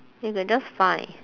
you can just find